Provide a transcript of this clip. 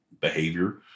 behavior